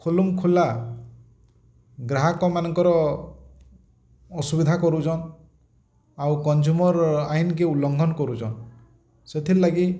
ଖୁଲମ୍ ଖୁଲା ଗ୍ରାହକ ମାନଙ୍କର ଅସୁବିଧା କରୁଛନ୍ ଆଉ କନ୍ଜୁମର୍ ଆଇନ୍ କେ ଉଲଘନ୍ କରୁଛେଁ ସେଥିର୍ ଲାଗି